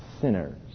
sinners